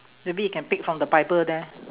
maybe you can pick from the bible there